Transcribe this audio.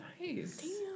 Nice